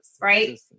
right